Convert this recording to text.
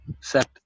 set